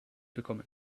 bekommen